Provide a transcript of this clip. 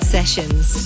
Sessions